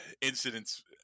incidents